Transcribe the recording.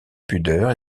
pudeur